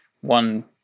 one